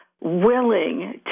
willing